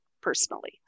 personally